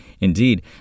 Indeed